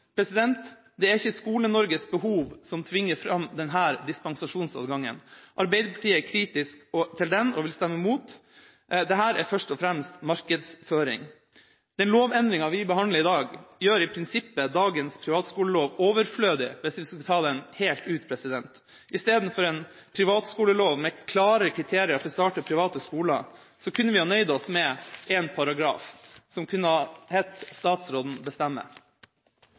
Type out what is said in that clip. år. Det er ikke Skole-Norges behov som tvinger fram denne dispensasjonsadgangen. Arbeiderpartiet er kritisk til den og vil stemme imot. Dette er først og fremst markedsføring. Lovendringa vi behandler i dag, gjør i prinsippet dagens privatskolelov overflødig hvis man skal ta det helt ut. I stedet for en privatskolelov med klare kriterier for å starte private skoler, kunne vi nøyd oss med én paragraf, som kunne